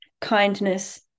kindness